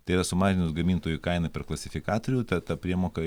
tai yra sumažinus gamintojų kainą per klasifikatorių ta ta priemoka